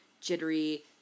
jittery